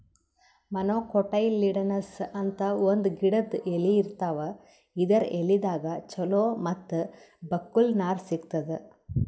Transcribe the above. monocotyledonous ಅಂತ್ ಒಂದ್ ಗಿಡದ್ ಎಲಿ ಇರ್ತಾವ ಇದರ್ ಎಲಿದಾಗ್ ಚಲೋ ಮತ್ತ್ ಬಕ್ಕುಲ್ ನಾರ್ ಸಿಗ್ತದ್